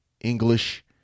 English